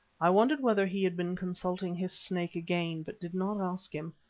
i wondered whether he had been consulting his snake again, but did not ask him.